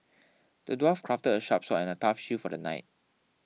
the dwarf crafted a sharp sword and a tough shield for the knight